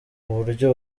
kuburyo